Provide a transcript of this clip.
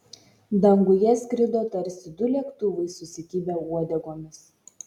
danguje skrido tarsi du lėktuvai susikibę uodegomis